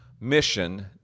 Mission